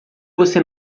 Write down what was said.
você